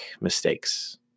mistakes